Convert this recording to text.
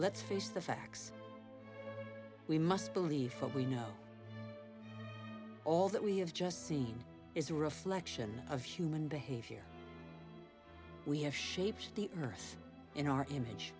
let's face the facts we must believe for we know all that we have just seen is a reflection of human behavior we have shaped the earth in our image